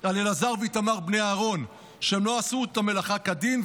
על אלעזר ואיתמר בני אהרן שלא עשו את המלאכה כדין,